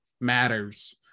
matters